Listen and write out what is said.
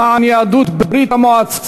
למען יהדות ברית-המועצות,